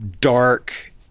dark